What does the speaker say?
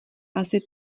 asi